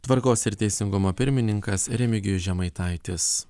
tvarkos ir teisingumo pirmininkas remigijus žemaitaitis